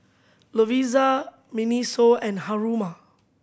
Lovisa MINISO and Haruma